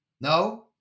No